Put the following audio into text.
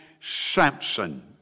Samson